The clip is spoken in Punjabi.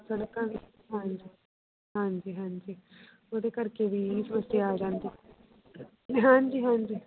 ਸੜਕਾਂ ਵੀ ਹਾਂਜੀ ਹਾਂਜੀ ਹਾਂਜੀ ਉਹਦੇ ਕਰਕੇ ਵੀ ਉੱਥੇ ਆ ਜਾਂਦੀ ਹਾਂਜੀ ਹਾਂਜੀ